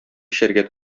эчәргә